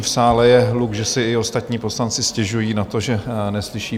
V sále je hluk, že si i ostatní poslanci stěžují na to, že neslyší.